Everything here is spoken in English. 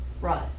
Right